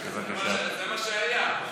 זה מה שהיה.